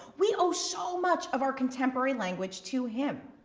we owe so much of our contemporary language to him.